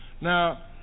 Now